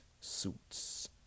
suits